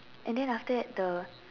and then after that the